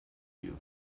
you